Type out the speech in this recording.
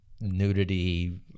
nudity